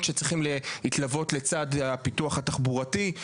שצריכים להתלוות לצד הפיתוח התחבורתי.